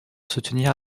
soutenir